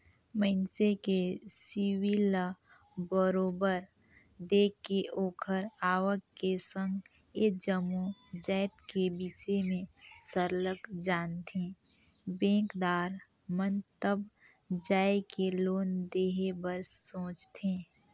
मइनसे के सिविल ल बरोबर देख के ओखर आवक के संघ ए जम्मो जाएत के बिसे में सरलग जानथें बेंकदार मन तब जाएके लोन देहे बर सोंचथे